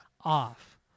off